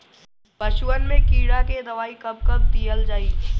पशुअन मैं कीड़ा के दवाई कब कब दिहल जाई?